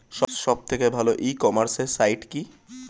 সব থেকে ভালো ই কমার্সে সাইট কী?